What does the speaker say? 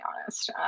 honest